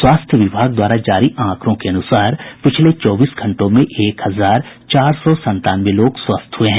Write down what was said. स्वास्थ्य विभाग द्वारा जारी आंकड़ों के अनुसार पिछले चौबीस घंटों में एक हजार चार सौ संतानवे लोग स्वस्थ हुए हैं